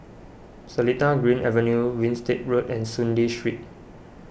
Seletar Green Avenue Winstedt Road and Soon Lee Street